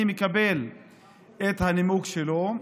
אני מקבל את הנימוק שלו.